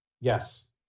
Yes